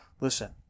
listen